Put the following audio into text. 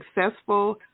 successful